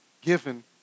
given